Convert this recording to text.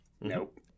Nope